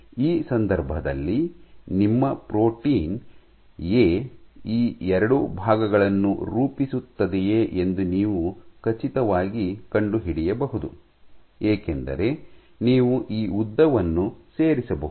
ಈ ಸಂದರ್ಭದಲ್ಲಿ ನಿಮ್ಮ ಪ್ರೋಟೀನ್ ಎ ಈ ಎರಡು ಭಾಗಗಳನ್ನು ರೂಪಿಸುತ್ತದೆಯೆ ಎಂದು ನೀವು ಖಚಿತವಾಗಿ ಕಂಡುಹಿಡಿಯಬಹುದು ಏಕೆಂದರೆ ನೀವು ಈ ಉದ್ದವನ್ನು ಸೇರಿಸಬಹುದು